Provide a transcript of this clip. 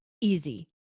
easy